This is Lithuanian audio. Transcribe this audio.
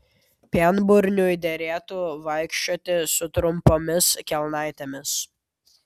pienburniui derėtų vaikščioti su trumpomis kelnaitėmis